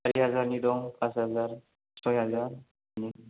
सारि हाजारनि दं पास हाजार सय हाजार बिदिनो